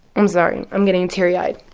i'm sorry, i'm getting teary eyed